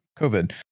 COVID